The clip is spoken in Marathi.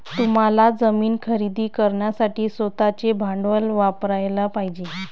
तुम्हाला जमीन खरेदी करण्यासाठी स्वतःचे भांडवल वापरयाला पाहिजे